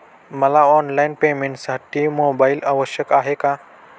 मला ऑनलाईन पेमेंटसाठी मोबाईल आवश्यक आहे का?